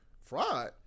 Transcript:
fraud